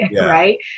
Right